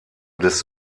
des